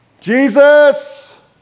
Jesus